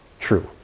true